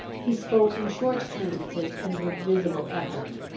he spoke in short sentences, and with visible effort.